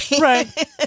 right